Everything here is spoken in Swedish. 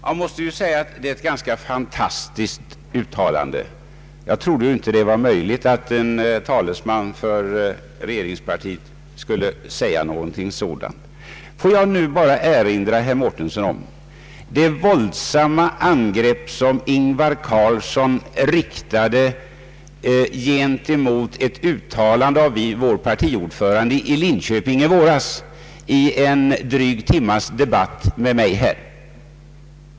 Jag anser att det är ett ganska fantastiskt uttalande, Jag trodde inte att det var möjligt att en talesman för regeringspartiet kunde säga någonting sådant. Låt mig bara erinra herr Mårtensson om det våldsamma angrepp som Ingvar Carlsson, i en dryg timmes de batt med mig, riktade mot ett uttalande av vår partiordförande i Linköping i våras.